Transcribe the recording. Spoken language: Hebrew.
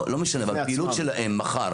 לא משנה אבל הפעילות שלהם מחר,